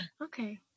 Okay